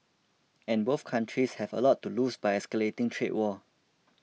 and both countries have a lot to lose by escalating trade war